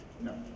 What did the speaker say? No